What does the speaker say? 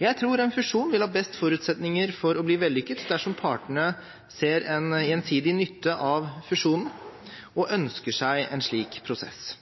Jeg tror en fusjon vil ha best forutsetninger for å bli vellykket dersom partene ser en gjensidig nytte av fusjonen og ønsker seg en slik prosess.